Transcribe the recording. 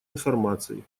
информации